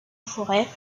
forêts